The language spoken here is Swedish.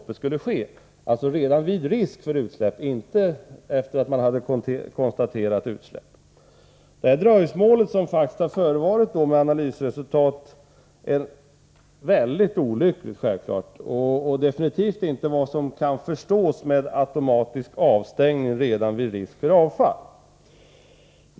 Det skulle alltså ske ett automatiskt stopp redan vid risk för utsläpp, inte efter det att man har konstaterat ett utsläpp. Det dröjsmål som skett på grund av analysresultatet är mycket olyckligt, och det är definitivt inte vad man kan förstå med en automatisk avstängning redan vid risk för avfall.